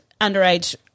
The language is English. underage